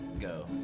go